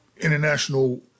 international